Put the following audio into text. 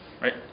right